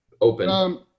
open